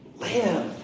live